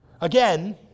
Again